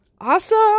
Awesome